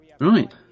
Right